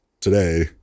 today